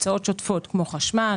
הוצאות שוטפות כמו חשמל,